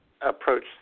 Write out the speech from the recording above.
approach